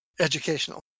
educational